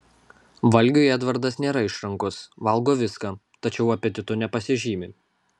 valgiui edvardas nėra išrankus valgo viską tačiau apetitu nepasižymi